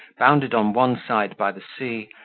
bounded on one side by the sea,